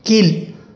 கீழ்